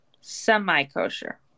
Semi-kosher